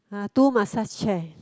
uh two massage chair